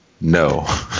No